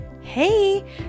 Hey